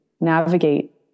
navigate